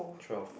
twelve